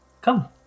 Come